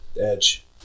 Edge